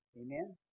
Amen